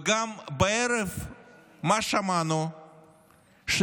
וגם מה שמענו בערב?